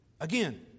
Again